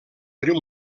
riu